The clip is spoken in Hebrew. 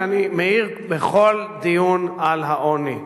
שאני כבר מעיר בכל דיון על העוני,